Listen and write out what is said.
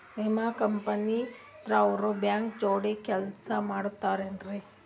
ವಿಮಾ ಕಂಪನಿ ದವ್ರು ಬ್ಯಾಂಕ ಜೋಡಿ ಕೆಲ್ಸ ಮಾಡತಾರೆನ್ರಿ?